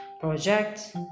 project